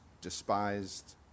despised